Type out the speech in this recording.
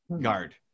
guard